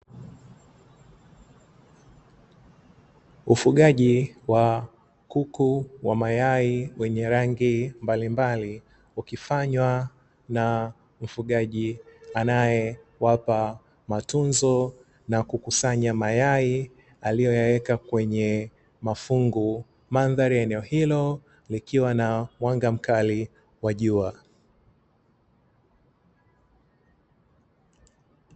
Ufugaji wa kuku wa mayai wenye rangi mbalimbali ukifanywa na mfugaji anayewapa matunzo na kukusanya mayai aliyoyaweka kwenye mafungu, mandhari ya eneo hilo ikiwa na mwanga mkali wa jua.